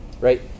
Right